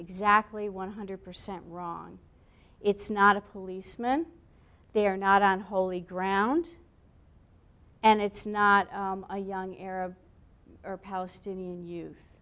exactly one hundred percent wrong it's not a policeman they're not on holy ground and it's not a young arab or palestinian